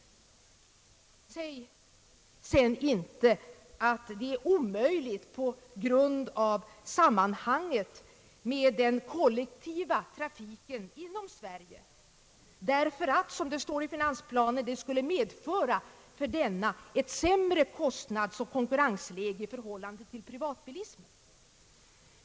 Säg sedan inte, att det är omöjligt på grund av sammanhanget med den kollektiva trafiken inom Sverige, därför att — som det står i finansplanen — det skulle medföra för denna ett sämre kostnadsoch konkurrensläge i förhållande till privatbilismen.